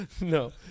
No